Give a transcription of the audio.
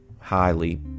highly